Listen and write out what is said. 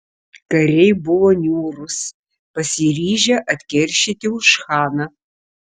kariai buvo niūrūs pasiryžę atkeršyti už chaną